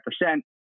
percent